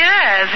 Yes